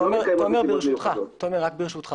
ברשותך